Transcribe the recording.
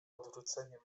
odwróceniem